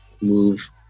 move